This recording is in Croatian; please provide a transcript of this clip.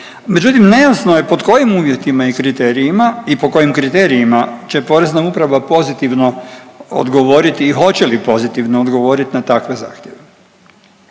međutim nejasno je pod kojim uvjetima i kriterijima i po kojim kriterijima, će Porezna uprava pozitivno odgovoriti i hoće li pozitivno odgovorit na takve zahtjeve.